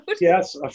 yes